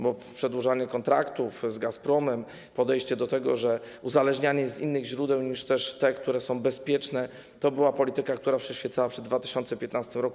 Bo przedłużanie kontraktów z Gazpromem, podejście do tego, że jest uzależnianie z innych źródeł niż te, które są bezpieczne, to była polityka, która przyświecała przed 2015 r.